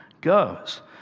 goes